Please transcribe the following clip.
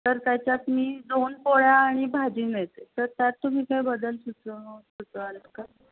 तर त्याच्यात मी दोन पोळ्या आणि भाजी मिळते तर त्यात तुम्ही काही बदल सुचव सुचवाल का